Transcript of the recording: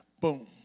Boom